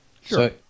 Sure